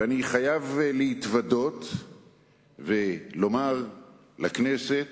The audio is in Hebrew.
ואני חייב להתוודות ולומר לכנסת